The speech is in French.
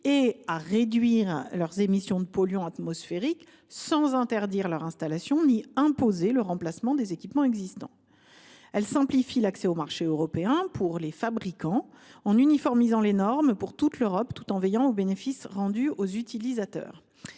et à réduire leurs émissions de polluants atmosphériques, sans interdire leur installation ni imposer le remplacement des équipements existants. Cette réglementation simplifie l’accès au marché européen pour les fabricants, en uniformisant les normes pour toute l’Europe, tout en veillant aux bénéfices rendus aux utilisateurs.